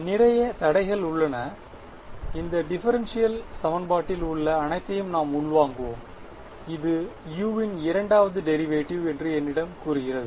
நிறைய தடைகள் உள்ளன இந்த டிஃபரென்ஷியல் சமன்பாட்டில் உள்ள அனைதையும் நாம் உள்வாங்குவோம் இது u இன் இரண்டாவது டெரிவேட்டிவ் என்று என்னிடம் கூறுகிறது